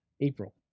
april